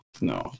no